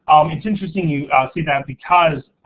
um it's interesting you say that because,